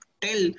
tell